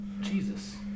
Jesus